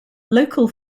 local